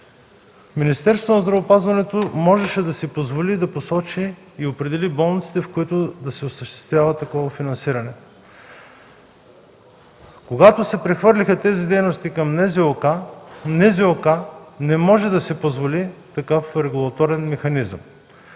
Министерството на здравеопазването можеше да си позволи да посочи и определи болниците, в които да се осъществява такова финансиране. Когато тези дейности се прехвърлиха към НЗОК, Касата не можа да си позволи такъв регулаторен механизъм.